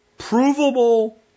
provable